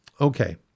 Okay